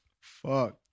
fuck